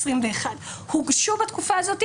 2021. בתקופה הזו,